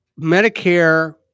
Medicare